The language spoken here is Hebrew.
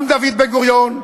גם דוד בן-גוריון,